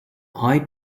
eye